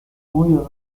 muy